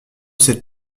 cette